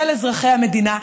של אזרחי המדינה.